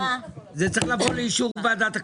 זה צריך לבוא לאישור ועדת הכספים.